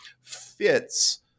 fits